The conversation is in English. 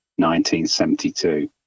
1972